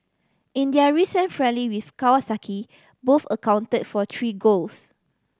in their recent friendly with Kawasaki both accounted for three goals